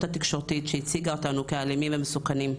התקשורתית שהציגה אותנו כאלימים ומסוכנים.